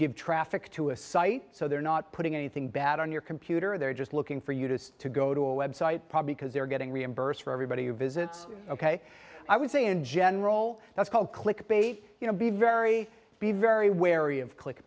give traffic to a site so they're not putting anything bad on your computer they're just looking for you to to go to a web site probably because they're getting reimbursed for everybody you visit i would say in general that's called click bait you know be very be very wary of click